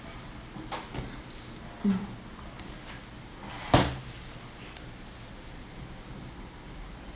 mm